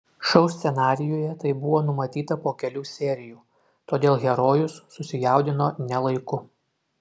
šou scenarijuje tai buvo numatyta po kelių serijų todėl herojus susijaudino ne laiku